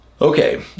okay